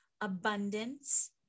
abundance